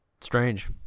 Strange